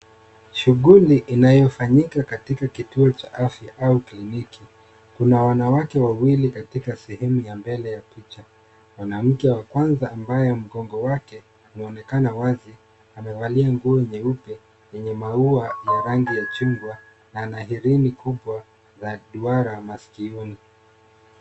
Shughuli inayofanyika katika kituo cha afya au kiliniki. Kuna wanawake wawili katika sehemu ya mbele ya mwanamke wa kwanza ambaye mgongo wake unaonekana wazi. Amevalia nguo nyeusi yenye maua ya rangi ya chungwa na anahirini kubwa la duara masikioni.